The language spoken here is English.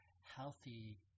healthy